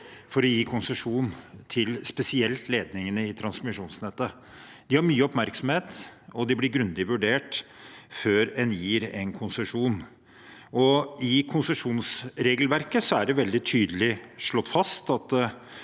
for å gi konsesjon til spesielt ledningene i transmisjonsnettet. De får mye oppmerksomhet, og de blir grundig vurdert før en gir en konsesjon. I konsesjonsregelverket er det veldig tydelig slått fast at